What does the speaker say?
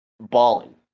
balling